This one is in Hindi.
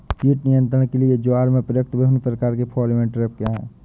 कीट नियंत्रण के लिए ज्वार में प्रयुक्त विभिन्न प्रकार के फेरोमोन ट्रैप क्या है?